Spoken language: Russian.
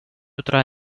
утра